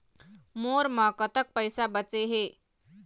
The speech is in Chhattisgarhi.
मोर म कतक पैसा बचे हे?